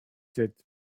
did